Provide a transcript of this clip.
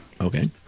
Okay